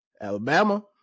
Alabama